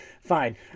Fine